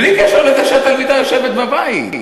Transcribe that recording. בלי קשר לזה שהתלמידה יושבת בבית.